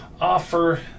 offer